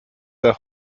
der